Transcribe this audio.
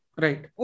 right